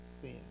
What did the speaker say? sin